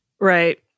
Right